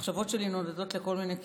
המחשבות שלי נודדות לכל מיני כיוונים,